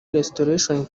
restoration